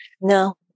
No